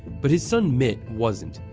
but his son mitt wasn't.